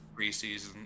preseason